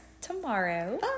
Tomorrow